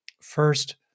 first